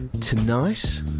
Tonight